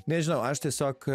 nežinau aš tiesiog